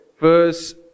verse